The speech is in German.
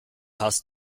hast